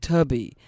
Tubby